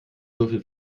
würfel